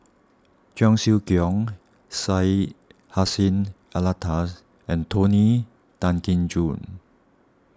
Cheong Siew Keong Syed Hussein Alatas and Tony Tan Keng Joo